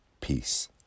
Peace